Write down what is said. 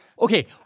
Okay